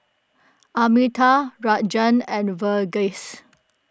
Amitabh Rajan and Verghese